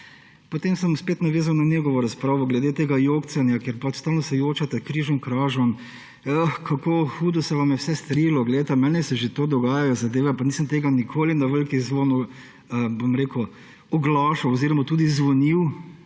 Potem se bom spet navezal na njegovo razpravo glede tega jokcanja, ker stalno se jočete križemkražem, kako hudo se vam je vse storilo. Glejte, meni se že dogajajo zadeve, pa nisem tega nikoli na velik zvon oglašal – oziroma tudi zvonil,